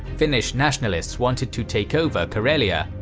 finnish nationalists wanted to take over karelia,